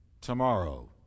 tomorrow